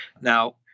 Now